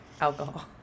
alcohol